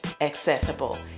accessible